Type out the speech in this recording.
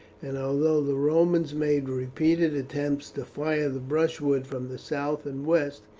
and although the romans made repeated attempts to fire the brushwood from the south and west,